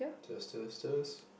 test test test